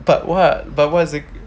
but what about what is it